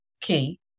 key